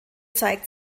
zeigt